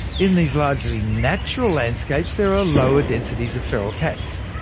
in these largely natural landscapes, there are lower densities of feral cats.